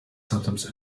sometimes